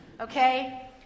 Okay